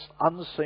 unseen